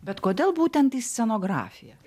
bet kodėl būtent į scenografiją